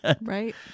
right